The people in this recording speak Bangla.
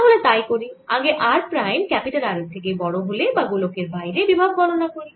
তাহলে তাই করি আগে r প্রাইম R এর থেকে বড় হলে বা গোলকের বাইরে বিভব গণনা করি